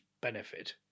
benefit